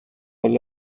all